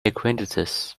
acquaintances